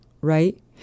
right